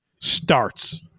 starts